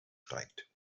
steigt